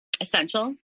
essential